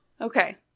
Okay